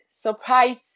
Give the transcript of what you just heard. surprise